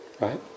Right